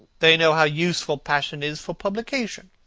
they know how useful passion is for publication.